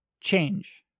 change